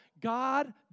God